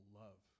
love